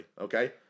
okay